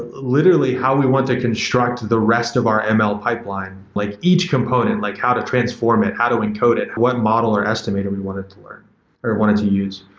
literally, how we want to construct the rest of our and ml pipeline like each component, like how to transform it, how to encode it, what model or estimate do we want it for or wanted to use.